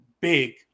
big